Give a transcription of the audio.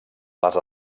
les